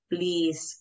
Please